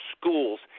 schools